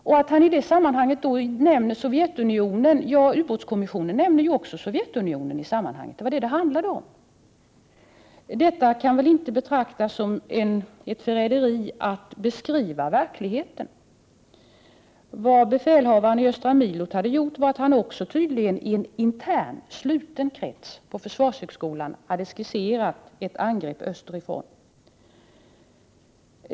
I det sammanhanget nämner han Sovjetunionen. Men det gör också ubåtskommissionen, och detta är vad det hela handlar om. Det kan väl inte betraktas som förräderi att beskriva verkligheten? Befälhavaren i östra milo har tydligen i en sluten, intern krets, nämligen på försvarshögskolan, skisserat ett anfall österifrån.